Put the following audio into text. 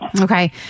Okay